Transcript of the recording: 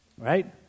right